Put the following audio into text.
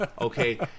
Okay